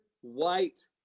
white